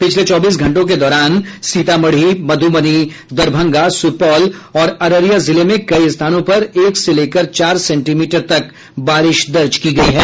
पिछले चौबीस घंटों के दौरान सीतामढ़ी मध्रबनी दरभंगा सुपौल और अररिया जिले में कई स्थानों पर एक से लेकर चार सेंटीमीटर तक बारिश दर्ज की गयी है